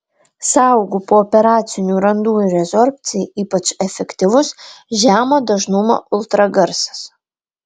sąaugų pooperacinių randų rezorbcijai ypač efektyvus žemo dažnumo ultragarsas